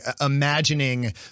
imagining